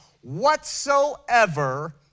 whatsoever